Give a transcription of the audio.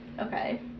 Okay